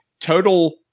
total